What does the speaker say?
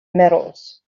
metals